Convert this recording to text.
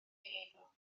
eiddo